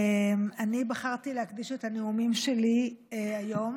אני בחרתי להקדיש את הנאומים שלי היום